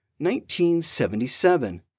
1977